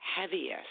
heaviest